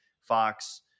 Fox